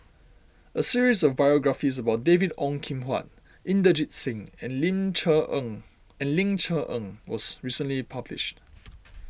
a series of biographies about David Ong Kim Huat Inderjit Singh and Ling Cher Eng and Ling Cher Eng was recently published